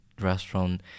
restaurant